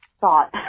thought